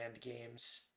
games